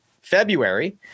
February